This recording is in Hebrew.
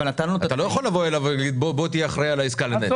אתה לא יכול לבוא אליו ולהגיד לו בוא תהיה אחראי על העסקה לנצח.